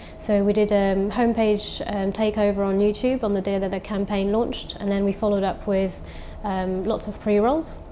so we did a um home page takeover on youtube on the day that the campaign launched. and then we followed up with um lots of pre rolls.